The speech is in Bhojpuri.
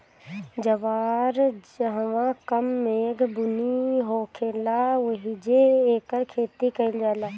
जवार जहवां कम मेघ बुनी होखेला ओहिजे एकर खेती कईल जाला